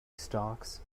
stocks